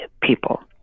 people